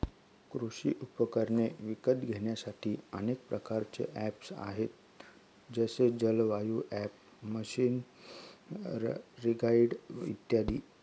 कृषी उपकरणे विकत घेण्यासाठी अनेक प्रकारचे ऍप्स आहेत जसे जलवायु ॲप, मशीनरीगाईड इत्यादी